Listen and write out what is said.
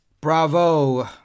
Bravo